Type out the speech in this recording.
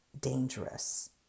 dangerous